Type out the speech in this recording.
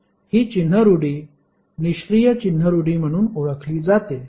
हि चिन्ह रुढी निष्क्रिय चिन्ह रुढी म्हणून ओळखली जाते